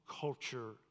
culture